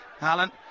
Alan